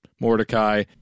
Mordecai